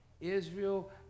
Israel